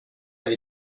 elle